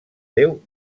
déu